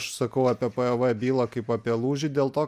aš sakau apie pov bylą kaip apie lūžį dėl to